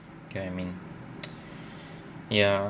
okay I mean ya